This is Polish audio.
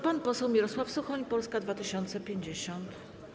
Pan poseł Mirosław Suchoń, Polska 2050.